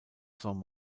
saint